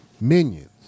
minions